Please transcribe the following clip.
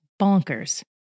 bonkers